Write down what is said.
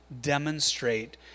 demonstrate